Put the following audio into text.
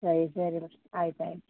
ಸರಿ ಸರಿ ಆಯ್ತು ಆಯ್ತು